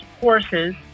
horses